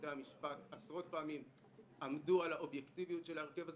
בתי המשפט עשרות פעמים עמדו על האובייקטיביות של ההרכב הזה,